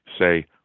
say